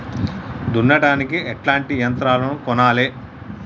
దున్నడానికి ఎట్లాంటి యంత్రాలను కొనాలే?